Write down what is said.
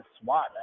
swat